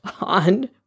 on